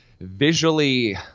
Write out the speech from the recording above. visually